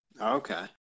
Okay